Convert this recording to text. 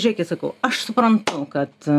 žiūrėkit sakau aš suprantu kad